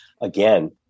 again